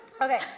Okay